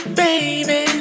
baby